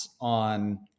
on